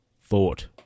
thought